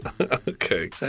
Okay